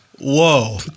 Whoa